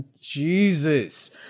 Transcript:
Jesus